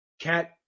cat